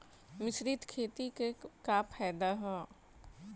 मिश्रित खेती क का फायदा ह?